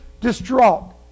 distraught